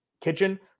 kitchen